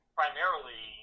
primarily